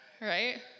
right